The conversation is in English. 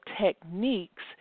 techniques